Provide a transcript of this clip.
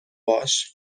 باهاش